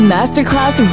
Masterclass